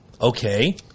Okay